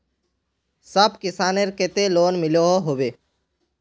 सब किसानेर केते लोन मिलोहो होबे?